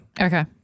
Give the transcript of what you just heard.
Okay